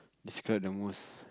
describe the most